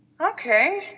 okay